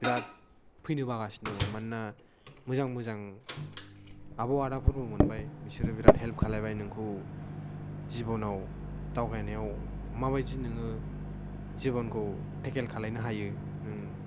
बिराद फैनो बागासिनो दंमोन मानोना मोजां मोजां आब' आदाफोरबो मोनबाय बिसोरो बिराद हेल्प खालायबाय नोंखौ जिबनाव दावगानायाव माबादि नोङो जिबनखौ टेकेल खालायनो हायो नों